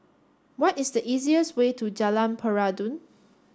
what is the easiest way to Jalan Peradun